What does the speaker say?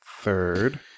Third